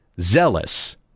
zealous